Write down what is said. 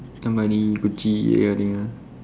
Armani Gucci that kind of thing ah